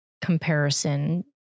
comparison